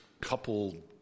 coupled